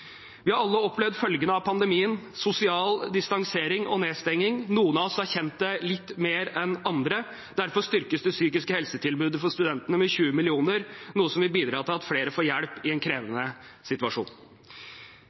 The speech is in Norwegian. Vi har alle opplevd følgene av pandemien: bl.a. sosial distansering og nedstenging. Noen av oss har kjent det litt mer enn andre. Derfor styrkes det psykiske helsetilbudet for studentene med 20 mill. kr, noe som vil bidra til at flere får hjelp i en